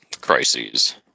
crises